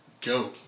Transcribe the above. go